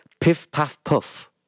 Piff-paff-puff